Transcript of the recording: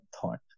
thought